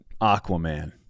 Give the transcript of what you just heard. Aquaman